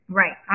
right